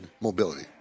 mobility